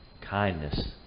kindness